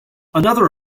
another